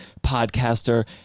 podcaster